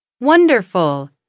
Wonderful